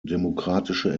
demokratische